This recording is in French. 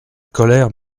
colère